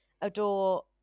adore